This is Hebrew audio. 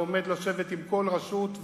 ועומד לשבת עם כל רשות,